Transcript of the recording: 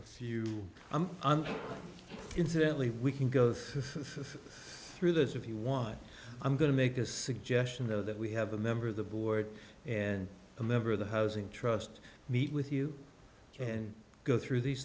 incidentally we can go through this if you want i'm going to make a suggestion though that we have a member of the board and a member of the housing trust meet with you and go through these